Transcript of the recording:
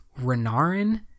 renarin